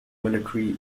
military